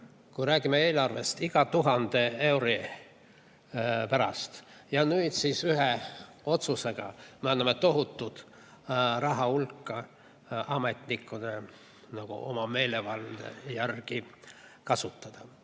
kui räägime eelarvest, iga tuhande euro pärast, nüüd aga ühe otsusega anname tohutu rahahulga ametnikele oma meelevalla järgi kasutada.